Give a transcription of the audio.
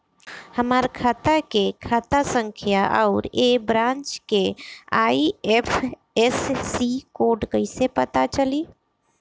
हमार खाता के खाता संख्या आउर ए ब्रांच के आई.एफ.एस.सी कोड कैसे पता चली?